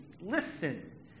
Listen